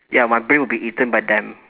ya my brain will be eaten by them